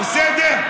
יש טרומית, בסדר?